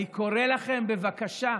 בבקשה,